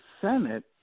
Senate